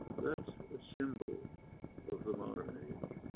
that's a symbol of the modern age,